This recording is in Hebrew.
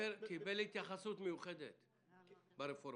זה קיבל התייחסות מיוחדת ברפורמה.